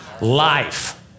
life